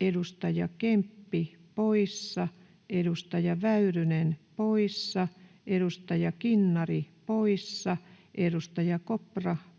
edustaja Kemppi poissa, edustaja Väyrynen poissa, edustaja Kinnari poissa, edustaja Kopra poissa,